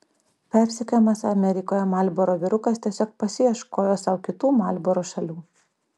persekiojamas amerikoje marlboro vyrukas tiesiog pasiieškojo sau kitų marlboro šalių